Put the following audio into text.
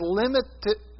limited